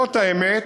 זאת האמת.